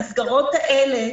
המסגרות האלה,